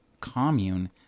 commune